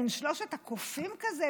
מין שלושת הקופים כזה,